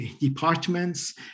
departments